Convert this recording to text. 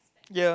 ya